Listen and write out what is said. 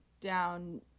down